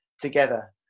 together